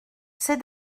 c’est